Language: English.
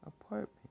apartment